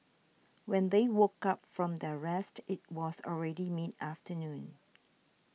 when they woke up from their rest it was already mid afternoon